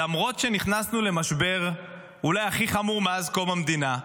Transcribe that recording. למרות שנכנסנו למשבר אולי הכי חמור מאז קום המדינה,